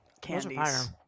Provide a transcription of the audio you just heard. candies